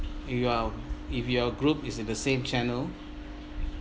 you are if your group is in the same channel